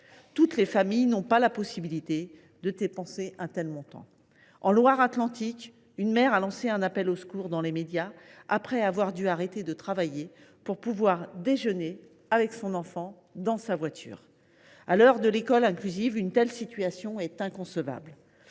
Toutes les familles n’ont pas la possibilité de dépenser un tel montant. En Loire Atlantique, une mère a ainsi lancé un appel au secours dans les médias après avoir dû arrêter de travailler pour pouvoir déjeuner avec son enfant dans sa voiture… À l’heure de l’école inclusive, une telle situation est inconcevable